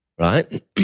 Right